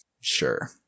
Sure